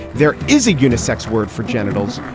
there is a unisex word for genitals.